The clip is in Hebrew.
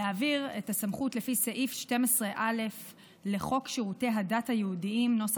להעביר את הסמכות לפי סעיף 12א לחוק שירותי הדת היהודיים ,